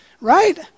Right